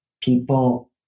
people